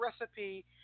recipe